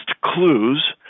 clues